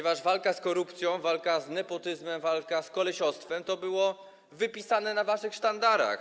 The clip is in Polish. Walka z korupcją, walka z nepotyzmem, walka z kolesiostwem - to było wypisane na waszych sztandarach.